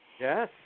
Yes